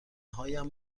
هایم